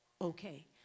okay